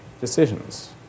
decisions